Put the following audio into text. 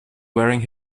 wearing